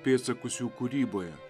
pėdsakus jų kūryboje